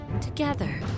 together